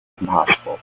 impossible